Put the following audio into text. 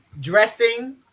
Dressing